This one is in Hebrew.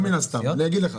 לא מן הסתם, אני אגיד לך.